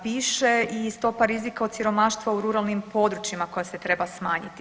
Piše i stopa rizika od siromaštva u ruralnim područjima koja se treba smanjiti.